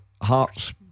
Hearts